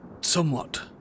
somewhat